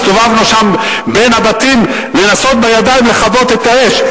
הסתובבנו שם בין הבתים, לנסות בידיים לכבות האש.